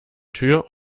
tür